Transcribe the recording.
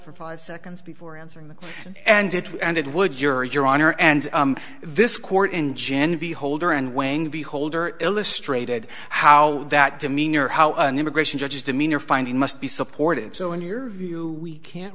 for five seconds before answering and it and it would your your honor and this court in jan beholder and weighing beholder illustrated how that demeanor how an immigration judge demeanor finding must be supported so in your view we can't